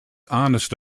honest